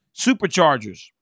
Superchargers